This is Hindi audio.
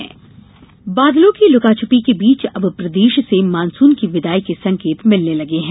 मौसम बादलों की लुका छिपी के बीच अब प्रदेश से मानसून के विदाई के संकेत मिलने लगे हैं